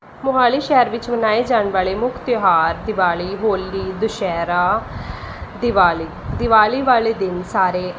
ਮੋਹਾਲੀ ਸ਼ਹਿਰ ਵਿੱਚ ਮਨਾਏ ਜਾਣ ਵਾਲੇ ਮੁੱਖ ਤਿਉਹਾਰ ਦੀਵਾਲੀ ਹੋਲੀ ਦੁਸਹਿਰਾ ਦੀਵਾਲੀ ਦੀਵਾਲੀ ਵਾਲੇ ਦਿਨ ਸਾਰੇ